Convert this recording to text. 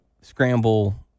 scramble